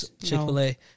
Chick-fil-A